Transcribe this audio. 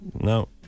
no